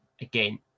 again